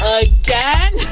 again